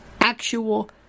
Actual